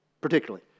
particularly